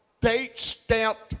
date-stamped